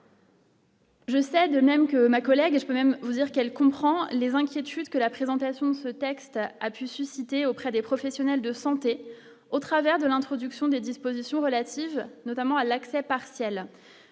Je sais, de même que ma collègue et je peux même vous dire qu'elle comprend les inquiétudes que la présentation de ce texte a pu susciter auprès des professionnels de santé au travers de l'introduction des dispositions relatives notamment à l'accès partiel